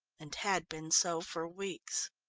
and had been so for weeks.